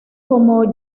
como